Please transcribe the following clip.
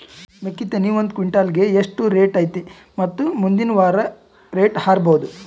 ಮೆಕ್ಕಿ ತೆನಿ ಒಂದು ಕ್ವಿಂಟಾಲ್ ಗೆ ಎಷ್ಟು ರೇಟು ಐತಿ ಮತ್ತು ಮುಂದಿನ ವಾರ ರೇಟ್ ಹಾರಬಹುದ?